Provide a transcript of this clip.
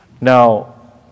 Now